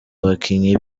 abakinnyi